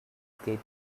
getaway